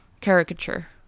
caricature